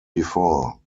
before